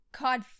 God